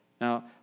Now